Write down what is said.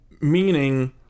Meaning